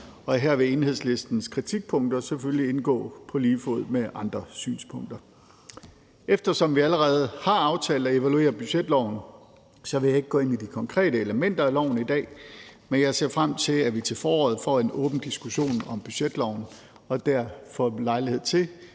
og her vil Enhedslistens kritikpunkter selvfølgelig indgå på lige fod med andre synspunkter. Eftersom vi allerede har aftalt at evaluere budgetloven, vil jeg ikke gå ind i de konkrete elementer af loven i dag, men jeg ser frem til, at vi til foråret får en åben diskussion om budgetloven og dér får lejlighed til